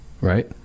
Right